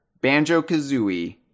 Banjo-Kazooie